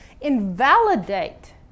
Invalidate